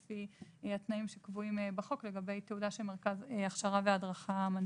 לפי התנאים שקבועים בחוק לגבי תעודה שמרכז ההכשרה וההדרכה מנפיק.